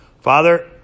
Father